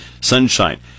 sunshine